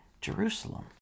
Jerusalem